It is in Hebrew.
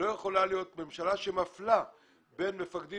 לא יכולה להיות ממשלה שמפלה בין מפקדים